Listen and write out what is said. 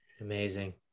Amazing